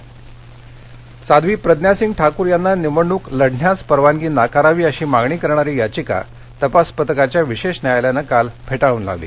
प्रज्ञा सिंग साध्वी प्रज्ञा सिंग ठाकूर यांना निवडणूक लढण्यास परवानगी नाकारावी अशी मागणी करणारी याचिका तपास पथकाच्या विशेष न्यायालयानं काल फेटाळून लावली